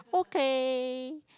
okay